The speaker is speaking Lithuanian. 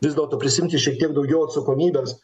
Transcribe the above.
vis dėlto prisiimti šiek tiek daugiau atsakomybės